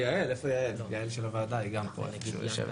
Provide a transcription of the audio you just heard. אז תודה רבה גם, ויעל של הוועדה גם פה יושבת.